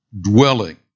dwelling